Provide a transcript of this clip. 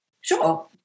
Sure